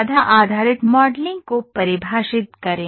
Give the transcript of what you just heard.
बाधा आधारित मॉडलिंग को परिभाषित करें